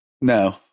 No